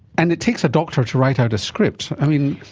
and it takes a doctor to write out a script.